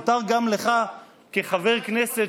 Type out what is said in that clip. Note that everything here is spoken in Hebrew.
מותר גם לך כחבר כנסת,